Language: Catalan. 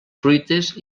fruites